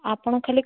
ଆପଣ ଖାଲି